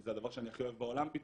וזה הדבר שאני הכי אוהב בעולם פתאום,